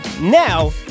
now